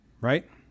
right